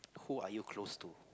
who are you close to